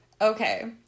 Okay